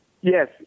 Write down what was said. Yes